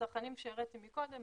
הצרכנים שהראיתי מקודם,